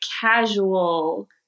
casual